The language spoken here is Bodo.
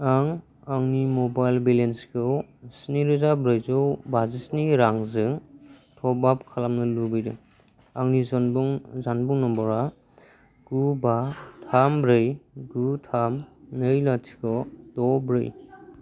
आं आंनि मबाइल बेलेन्सखौ स्नि रोजा ब्रै बाजिसे रांजों टप आप खालामनो लुबैदों आंनि जानबुं नम्बरआ गु बा थाम ब्रै गु थाम नै लाथिख' द' ब्रै